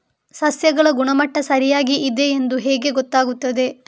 ಸಸ್ಯಗಳ ಗುಣಮಟ್ಟ ಸರಿಯಾಗಿ ಇದೆ ಎಂದು ಹೇಗೆ ಗೊತ್ತು ಆಗುತ್ತದೆ?